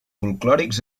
folklòrics